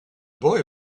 boy